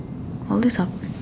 all these are